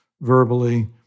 verbally